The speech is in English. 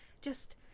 just-